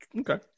okay